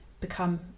become